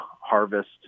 harvest